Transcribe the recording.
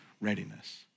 readiness